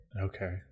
Okay